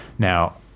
Now